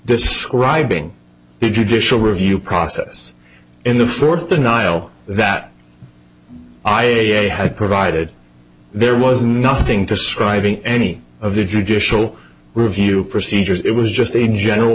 describing the judicial review process in the fourth denial that i am had provided there was nothing to scribe in any of the judicial review procedures it was just a general